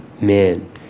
man